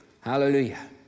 Hallelujah